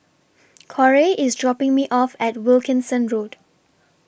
Corey IS dropping Me off At Wilkinson Road